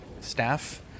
staff